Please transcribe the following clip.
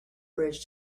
bridge